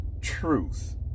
truth